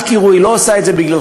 אל תירו, היא לא עושה את זה בגללכם,